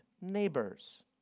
neighbors